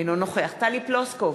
אינו נוכח טלי פלוסקוב,